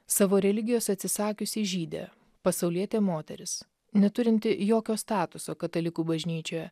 savo religijos atsisakiusi žydė pasaulietė moteris neturinti jokio statuso katalikų bažnyčioje